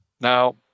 Now